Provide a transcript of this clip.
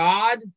God